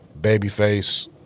Babyface